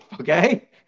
okay